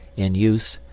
in use,